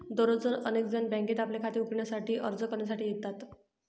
दररोज अनेक जण बँकेत आपले खाते उघडण्यासाठी अर्ज करण्यासाठी येतात